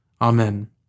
Amen